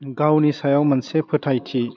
गावनि सायाव मोनसे फोथायथि